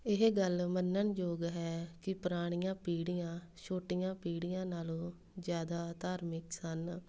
ਇਹ ਗੱਲ ਮੰਨਣ ਯੋਗ ਹੈ ਕਿ ਪੁਰਾਣੀਆਂ ਪੀੜ੍ਹੀਆਂ ਛੋਟੀਆਂ ਪੀੜ੍ਹੀਆਂ ਨਾਲੋਂ ਜ਼ਿਆਦਾ ਧਾਰਮਿਕ ਸਨ